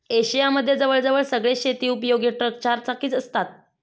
Asia मध्ये जवळ जवळ सगळेच शेती उपयोगी ट्रक चार चाकी असतात